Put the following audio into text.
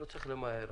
לא צריך למהר.